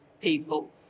people